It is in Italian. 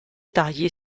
tagli